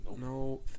no